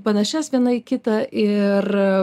panašias viena į kitą ir